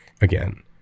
again